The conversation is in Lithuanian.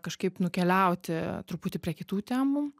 kažkaip nukeliauti truputį prie kitų temų